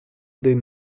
des